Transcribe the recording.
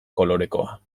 kolorekoa